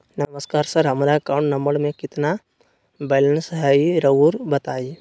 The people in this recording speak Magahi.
नमस्कार सर हमरा अकाउंट नंबर में कितना बैलेंस हेई राहुर बताई?